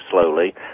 slowly